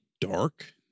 dark